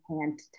hand